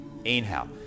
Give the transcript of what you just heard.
Inhale